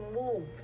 move